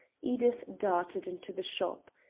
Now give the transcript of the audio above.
edith darted into the shop.